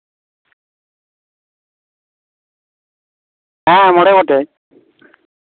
ᱦᱮᱸ ᱢᱚᱬᱮ ᱜᱚᱴᱮᱡ